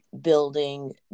building